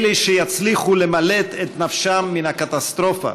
"אלה שיצליחו למלט את נפשם מן הקטסטרופה